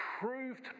proved